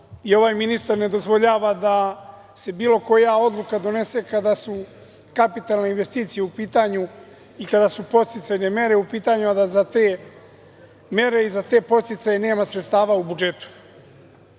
i ovaj ministar ne dozvoljava da se bilo koja odluka donese kada su kapitalne investicije u pitanju i kada su podsticajne mere u pitanju, a da za te mere i za te podsticaje nema sredstava u budžetu. Ono